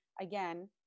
again